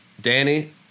Danny